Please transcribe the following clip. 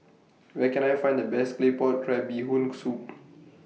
Where Can I Find The Best Claypot Crab Bee Hoon Soup